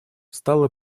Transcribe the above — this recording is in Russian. стало